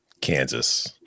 Kansas